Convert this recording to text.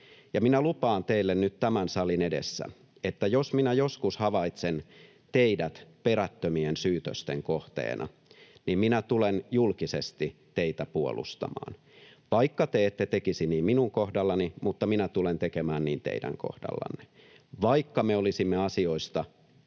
minä lupaan teille nyt tämän salin edessä, että jos minä joskus havaitsen teidät perättömien syytösten kohteena, [Veronika Honkasalon välihuuto] niin minä tulen julkisesti teitä puolustamaan. Vaikka te ette tekisi niin minun kohdallani, minä tulen tekemään niin teidän kohdallanne — vaikka me olisimme asioista,